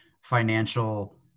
financial